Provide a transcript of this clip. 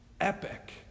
epic